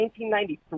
1993